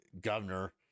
governor